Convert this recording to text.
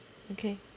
okay